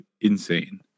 insane